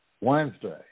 Wednesday